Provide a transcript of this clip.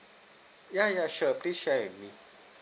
yeah yeah sure please share with me